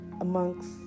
amongst